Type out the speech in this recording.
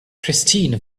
christine